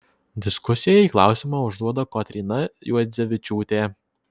diskusijai klausimą užduoda kotryna juodzevičiūtė